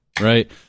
right